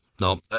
No